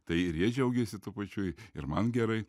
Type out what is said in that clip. tai ir jie džiaugiasi tuo pačiu ir man gerai